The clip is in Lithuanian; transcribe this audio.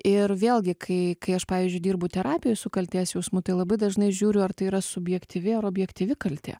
ir vėlgi kai kai aš pavyzdžiui dirbu terapijoj su kaltės jausmu tai labai dažnai žiūriu ar tai yra subjektyvi ar objektyvi kaltė